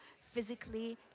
physically